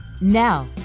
Now